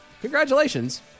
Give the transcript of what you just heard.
congratulations